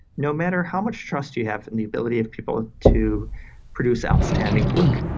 no matter how much trust you have in the ability of people to produce outstanding work,